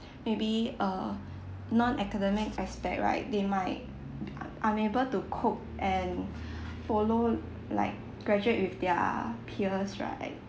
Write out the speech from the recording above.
maybe err non academic aspects right they might un~ unable to cope and follow like graduate with their peers right